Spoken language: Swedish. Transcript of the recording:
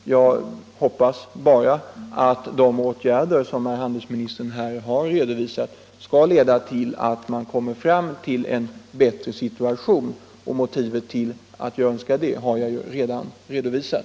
Jag hoppas att de åtgärder som handelsministern här har redovisat skall leda till en bättre situation. Motivet för denna min önskan har jag redan klargjort.